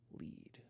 lead